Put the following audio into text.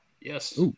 Yes